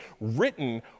written